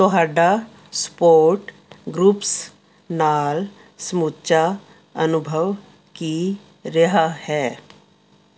ਤੁਹਾਡਾ support groups ਨਾਲ਼ ਸਮੁੱਚਾ ਅਨੁਭਵ ਕੀ ਰਿਹਾ ਹੈ